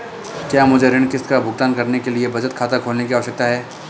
क्या मुझे ऋण किश्त का भुगतान करने के लिए बचत खाता खोलने की आवश्यकता है?